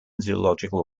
zoological